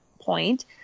point